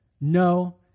no